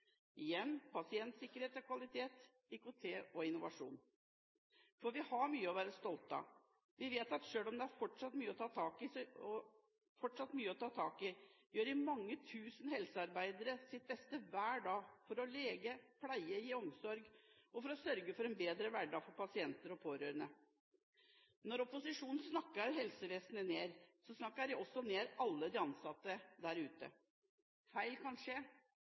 Igjen er stikkordene pasientsikkerhet og kvalitet, IKT og innovasjon. Vi har mye å være stolt av. Vi vet at selv om det fortsatt er mye å ta tak i, gjør mange tusen helsearbeidere sitt beste hver dag for å lege, pleie og gi omsorg og sørge for en bedre hverdag for pasienter og pårørende. Når opposisjonen snakker helsevesenet ned, snakker de også ned alle de ansatte der ute. Feil kan skje,